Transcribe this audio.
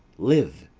live,